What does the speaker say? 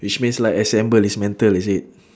which means like assemble dismantle is it